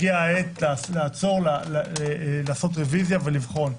הגיעה העת לעצור, לעשות רביזיה ולבחון.